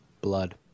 Blood